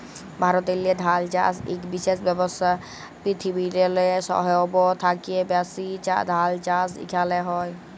ভারতেল্লে ধাল চাষ ইক বিশেষ ব্যবসা, পিরথিবিরলে সহব থ্যাকে ব্যাশি ধাল চাষ ইখালে হয়